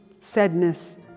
sadness